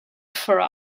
for